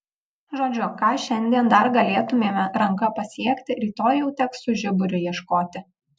žodžiu ką šiandien dar galėtumėme ranka pasiekti rytoj jau teks su žiburiu ieškoti